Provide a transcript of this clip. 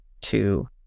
two